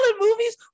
movies